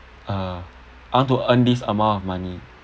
uh I want to earn this amount of money